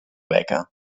beca